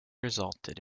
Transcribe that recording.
resulted